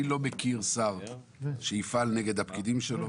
אני לא מכיר שר שיפעל נגד הפקידים שלו.